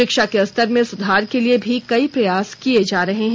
शिक्षा के स्तर में सुधार के लिए भी कई प्रयास किये जा रहे हैं